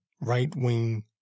right-wing